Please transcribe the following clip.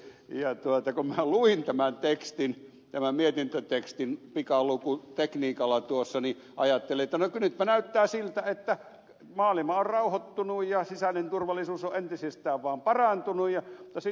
ja kun minä luin tämän mietintötekstin pikalukutekniikalla tuossa niin ajattelin että nytpä näyttää siltä että maailma on rauhoittunut ja sisäinen turvallisuus on entisestään vaan parantunut